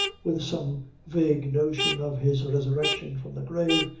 with some vague notion of his resurrection from the grave,